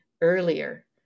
earlier